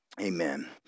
Amen